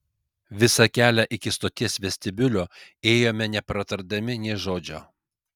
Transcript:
visą kelią iki stoties vestibiulio ėjome nepratardami nė žodžio